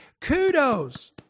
Kudos